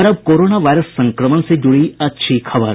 और अब corona virus संक्रमण से जुड़ी अच्छी खबर